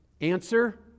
Answer